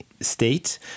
state